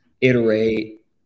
iterate